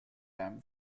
ram